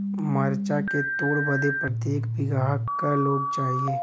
मरचा के तोड़ बदे प्रत्येक बिगहा क लोग चाहिए?